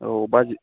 औ बाजेट